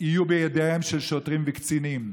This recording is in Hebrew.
יהיו בידיהם של שוטרים וקצינים.